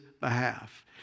behalf